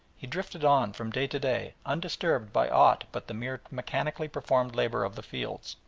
he drifted on from day to day undisturbed by aught but the mere mechanically performed labour of the fields.